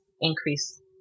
increase